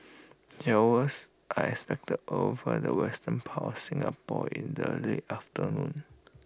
showers are expected over the western part Singapore in the late afternoon